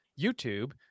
youtube